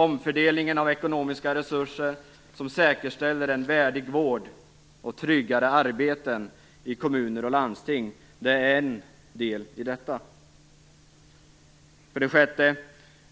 Omfördelningen av ekonomiska resurser, som säkerställer en värdig vård och tryggare arbeten i kommuner och landsting, är en del i detta. 6.